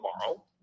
tomorrow